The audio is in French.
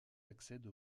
accèdent